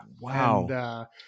Wow